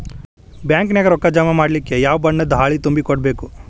Bank ನ್ಯಾಗ ರೊಕ್ಕಾ ಜಮಾ ಮಾಡ್ಲಿಕ್ಕೆ ಯಾವ ಬಣ್ಣದ್ದ ಹಾಳಿ ತುಂಬಿ ಕೊಡ್ಬೇಕು?